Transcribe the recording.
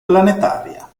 planetaria